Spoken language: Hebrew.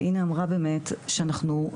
ואינה אמרה באמת שאנחנו,